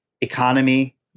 economy